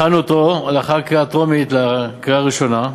הכנו אותו לאחר הקריאה הטרומית לקריאה ראשונה.